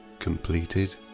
completed